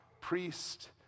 priest